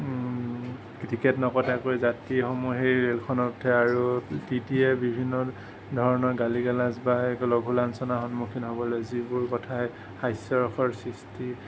ticket নকটাকৈ যাত্ৰীসমূহ সেই ৰেলখনত উঠে আৰু টি টিয়ে বিভিন্ন ধৰণৰ গালি গালাজ পাৰে লঘূ লাঞ্ছনাৰ সন্মুখীন হ'ব লাগে যিবোৰ কথাই হাস্যৰসৰ সৃষ্টি